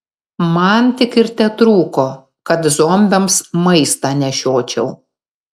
man tik ir tetrūko kad zombiams maistą nešiočiau